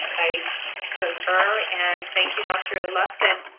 i concur and thank you, dr. ah luskin,